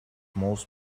most